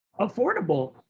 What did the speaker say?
affordable